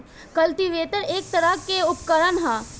cultivator एक तरह के उपकरण ह